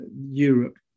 Europe